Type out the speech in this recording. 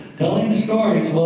telling stories.